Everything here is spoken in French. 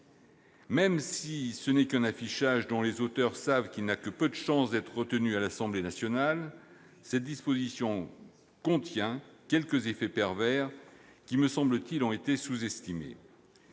Même si ce n'est qu'un affichage, dont les auteurs savent qu'il n'a que peu de chances d'être retenu à l'Assemblée nationale, cette disposition contient quelques effets pervers qui, me semble-t-il, ont été sous-estimés.